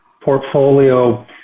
portfolio